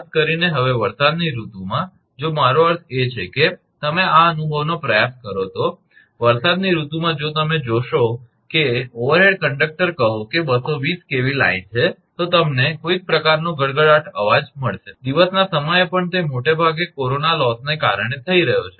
ખાસ કરીને હવે વરસાદની ઋતુમાં જો મારો અર્થ છે કે તમે આ અનુભવનો પ્રયાસ કરો તો વરસાદની ઋતુમાં જો તમે જોશો કે ઓવરહેડ કંડક્ટર કહો કે 220 કેવી લાઈન છે તો તમને કોઈક પ્રકારનો ગડગડાટ અવાજ મળશે દિવસના સમયે પણ તે મોટે ભાગે કોરોના લોસને કારણે થઇ રહ્યો છે